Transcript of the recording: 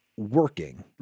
working